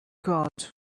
card